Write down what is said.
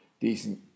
decent